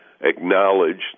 acknowledged